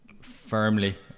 Firmly